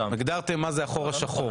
הגדרתם מה זה החור השחור.